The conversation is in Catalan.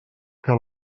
que